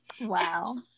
Wow